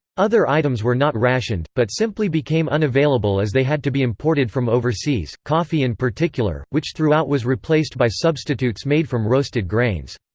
other items were not rationed, but simply became unavailable as they had to be imported from overseas coffee in particular, which throughout was replaced by substitutes made from roasted grains.